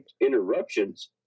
interruptions